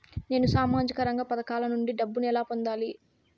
నేను సామాజిక రంగ పథకాల నుండి డబ్బుని ఎలా పొందాలి?